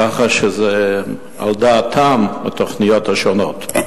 ככה שהתוכניות השונות הן על דעתם.